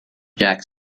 jack